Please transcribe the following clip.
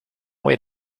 wait